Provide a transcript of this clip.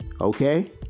Okay